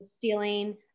feeling